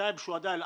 שוהאדא אל-אקצא,